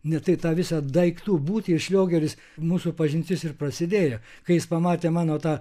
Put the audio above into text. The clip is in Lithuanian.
ne tai tą visą daiktų būtį ir šliogeris mūsų pažintis ir prasidėjo kai jis pamatė mano tą